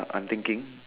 I'm thinking